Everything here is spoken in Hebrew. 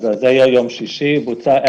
יום שישי בוצעו